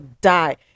die